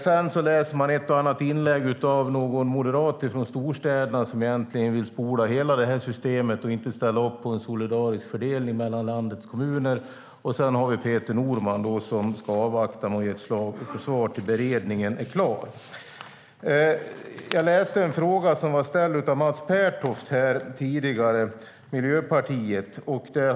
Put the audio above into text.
Man kan också läsa ett och annat inlägg från moderater från storstäderna som egentligen vill spola hela systemet och inte ställa upp på en solidarisk fördelning mellan landets kommuner. Sedan har vi Peter Norman som ska avvakta med att ge ett svar tills beredningen är klar. Jag läste en fråga som var ställd av Mats Pertoft, Miljöpartiet, tidigare.